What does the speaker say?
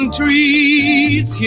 trees